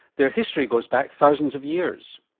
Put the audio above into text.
their history goes back thousands of years.